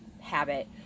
habit